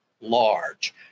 large